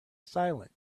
silent